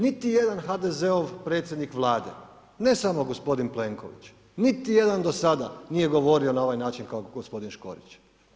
Niti jedan HDZ-ov predsjednik Vlade, ne samo gospodin Plenković, niti jedan do sada nije govorio na ovaj način kao gospodin Škorić.